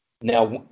now